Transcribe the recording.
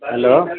hello